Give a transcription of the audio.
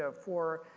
ah for,